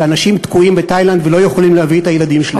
שאנשים תקועים בתאילנד ולא יכולים להביא את הילדים שלהם.